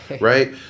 right